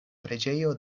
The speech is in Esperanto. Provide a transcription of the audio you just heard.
preĝejo